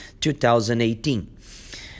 2018